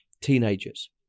Teenagers